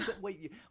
wait